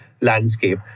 landscape